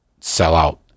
sellout